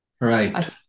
Right